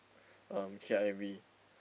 um K_I_V